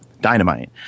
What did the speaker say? dynamite